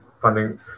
funding